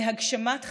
להגשמת חזונה,